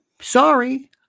Sorry